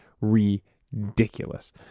ridiculous